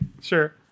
sure